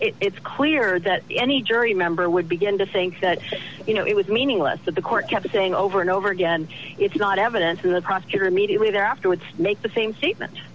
it's clear that any jury member would begin to think that you know it was meaningless that the court kept saying over and over again if you got evidence from the prosecutor immediately thereafter would make the same statement